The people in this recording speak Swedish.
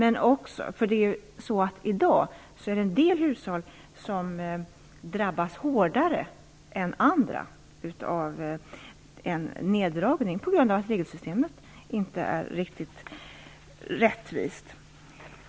I dag drabbas en del hushåll hårdare än andra av en neddragning på grund av att regelsystemet inte är riktigt rättvist.